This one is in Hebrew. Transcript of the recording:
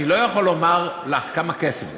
אני לא יכול לומר לך כמה כסף זה.